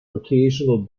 occasional